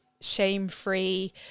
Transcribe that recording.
shame-free